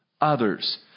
others